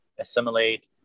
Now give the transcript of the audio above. assimilate